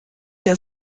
der